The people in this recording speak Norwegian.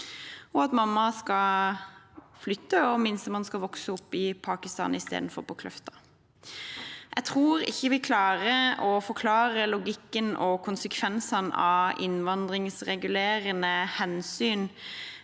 for at mamma skal flytte, og at minstemann skal vokse opp i Pakistan istedenfor på Kløfta. Jeg tror ikke vi klarer å forklare logikken i og konsekvensene av innvandringsregulerende hensyn